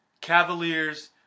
Cavaliers